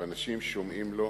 ואנשים שומעים לו,